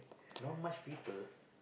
not much people